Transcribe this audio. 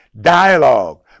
dialogue